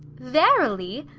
verily!